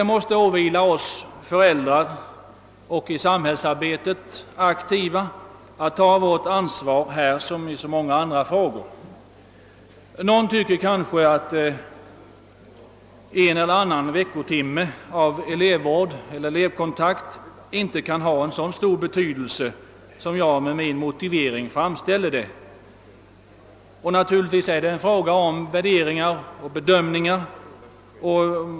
Det måste åvila oss föräldrar och i samhällsarbetet aktiva att ta vårt ansvar här som i så många andra frågor. Någon tycker kanske att en eller annan veckotimme av elevvård inte kan ha så stor betydelse som jag med min motivering framställer det, och naturligtvis är det en fråga om värdering och bedömning.